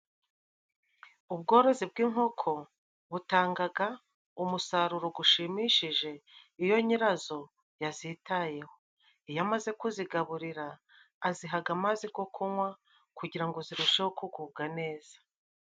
Ubworozi bw'inkoko butangaga umusaruro gushimishije, iyo nyirazo yazitayeho iyo amaze kuzigaburira azihaga amazi go kunywa kugira ngo zirusheho kugubwa neza.